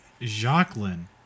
Jacqueline